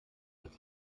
als